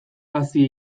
hazi